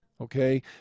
Okay